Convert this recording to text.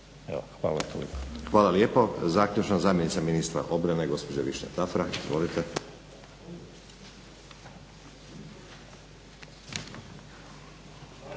Hvala lijepo. Zaključno zamjenica ministra obrane, gospođa Višnja Tafra. Izvolite.